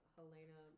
Helena